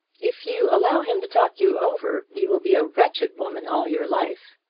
if you allow him to talk you over you will be a wretched woman all your life.